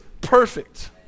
perfect